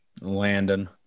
Landon